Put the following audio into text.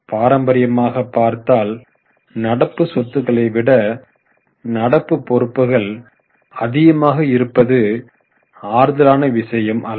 பாரம்பரியமாக பார்த்தால் நடப்பு சொத்துக்களை விட நடப்பு பொறுப்புகள் அதிகமாக இருப்பது ஆறுதலான விஷயம் அல்ல